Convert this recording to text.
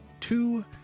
two